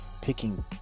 picking